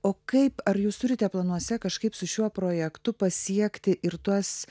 o kaip ar jūs turite planuose kažkaip su šiuo projektu pasiekti ir tas